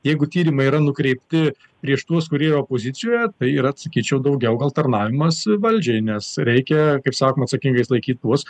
jeigu tyrimai yra nukreipti prieš tuos kurie yra opozicijoje tai yra sakyčiau daugiau gal tarnavimas valdžiai nes reikia kaip sakom atsakingais laikyt tuos